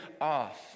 off